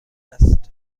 است